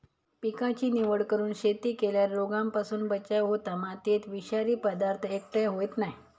पिकाची निवड करून शेती केल्यार रोगांपासून बचाव होता, मातयेत विषारी पदार्थ एकटय होयत नाय